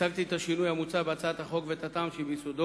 הצגתי את השינוי המוצע בהצעת החוק ואת הטעם שביסודו.